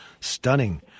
stunning